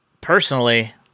personally